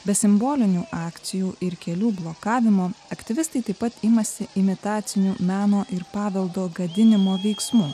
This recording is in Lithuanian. be simbolinių akcijų ir kelių blokavimo aktyvistai taip pat imasi imitacinių meno ir paveldo gadinimo veiksmų